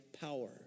power